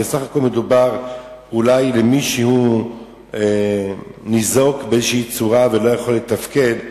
בסך הכול מדובר במי שניזוק בצורה כלשהי ולא יכול לתפקד.